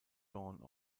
dawn